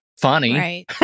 funny